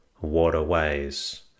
waterways